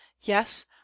Yes